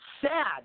sad